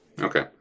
Okay